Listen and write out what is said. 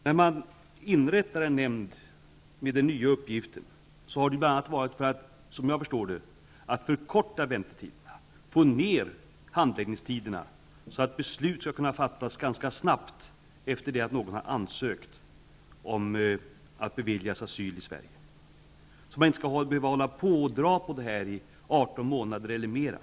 Man har inrättat en nämnd med nya uppgifter bl.a. för att -- som jag förstår det -- förkorta väntetiderna och få ner handläggningstiderna så att beslut skall kunna fattas ganska snabbt efter det att någon har ansökt om att beviljas asyl i Sverige. Meingen är väl att man inte skall behöva dra på det här i 18 månader eller flera.